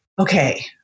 okay